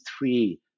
three